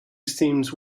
seems